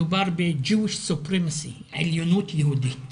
מדובר בעליונות יהודית.